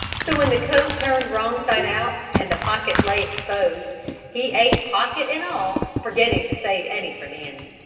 so when the coat turned wrong side out and the pocket lay exposed he ate pocket and all, forgetting to save any for nanny.